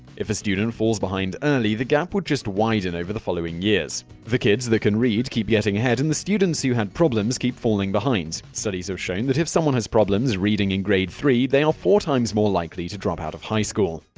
if a student falls behind early, the gap would just widen over the following years. the kids that can read keep getting ahead, and the students who had problems keep falling behind. studies have shown that if someone had problems reading in grade three they are four times more likely to drop out of high school.